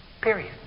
Period